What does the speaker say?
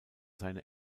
seine